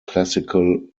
classical